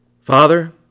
Father